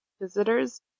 visitors